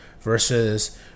versus